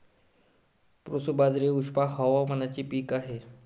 proso बाजरी हे उष्ण हवामानाचे पीक आहे